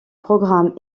programme